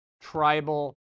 tribal